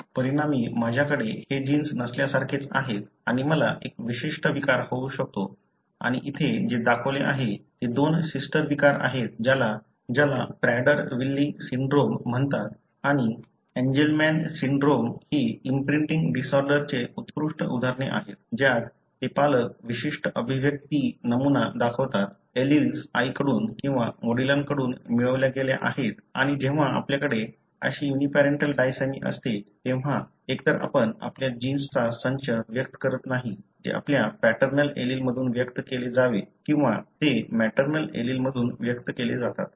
परिणामी माझ्याकडे हे जिन्स नसल्या सारखेच आहे आणि मला एक विशिष्ट विकार होऊ शकतो आणि इथे जे दाखवले आहे ते दोन सिस्टर विकार आहेत ज्याला प्रॅडर-विल्ली सिंड्रोम Prader-Willi Syndrome म्हणतात आणि एंजेलमॅन सिंड्रोम ही इम्प्रिंटिंग डिसऑर्डरचे उत्कृष्ट उदाहरणे आहेत ज्यात ते पालक विशिष्ट अभिव्यक्ती नमुना दाखवतात एलील्स आईकडून किंवा वडिलांकडून मिळवल्या गेल्या आहेत आणि जेव्हा आपल्याकडे अशी युनीपॅरेंटल डायसॅमी असते तेव्हा एकतर आपण आपल्या जिन्सचा संच व्यक्त करत नाही जे आपल्या पॅटर्नल एलील मधून व्यक्त केले जावे किंवा ते मॅटर्नल एलील मधून व्यक्त केले जातात